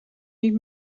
niet